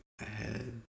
ahead